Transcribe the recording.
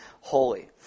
holy